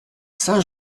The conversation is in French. saint